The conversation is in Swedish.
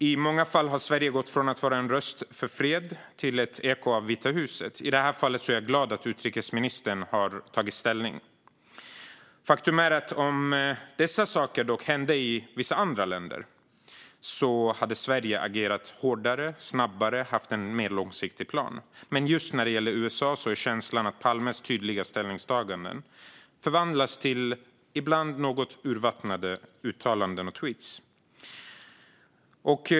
I många fall har Sverige gått från att vara en röst för fred till att bli ett eko av Vita huset. I det här fallet är jag glad att utrikesministern har tagit ställning, men faktum är att om dessa saker hänt i vissa andra länder skulle Sverige ha agerat hårdare och snabbare och haft en mer långsiktig plan. Men just när det gäller USA är känslan att Palmes tydliga ställningstaganden förvandlats till ibland något urvattnade uttalanden och tweetar.